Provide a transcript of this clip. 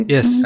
Yes